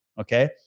okay